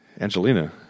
Angelina